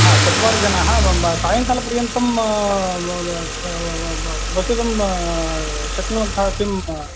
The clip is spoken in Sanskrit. हा चत्वारिजनाः सायङ्कालपर्यन्तं वसितुं शक्नुवन्तः किं